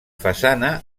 façana